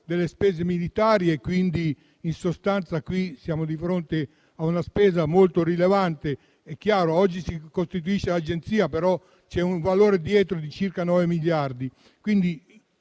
delle spese militari e qui siamo di fronte a una spesa molto rilevante. È chiaro che oggi si costituisce l'Agenzia, però c'è un valore dietro di circa 9 miliardi.